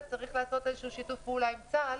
צריך לעשות איזשהו שיתוף פעולה עם צה"ל